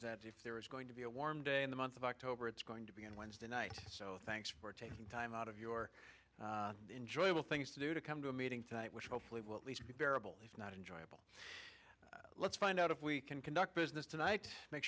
if there is going to be a warm day in the month of october it's going to be on wednesday night so thanks for taking time out of your enjoyable things to do to come to a meeting tonight which hopefully will at least be bearable if not enjoyable let's find out if we can conduct business tonight make